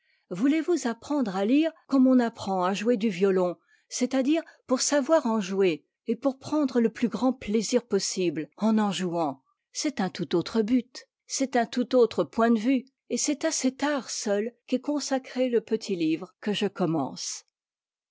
voulez-vous apprendre à lire comme on apprend à jouer du violon c'est-à-dire pour savoir en jouer et pour prendre le plus grand plaisir possible en en jouant c'est un tout autre but c'est un tout autre point de vue et c'est à cet art seul qu'est consacré le petit livre que je commence